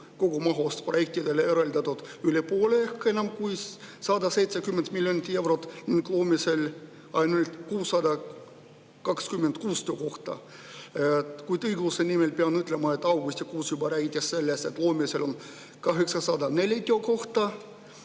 kogumahust on projektidele eraldatud üle poole ehk enam kui 170 miljonit eurot ning loomisel on ainult 626 töökohta. Kuid õigluse nimel pean ütlema, et augustikuus räägiti juba sellest, et loomisel on 804 töökohta.